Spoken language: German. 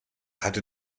hatte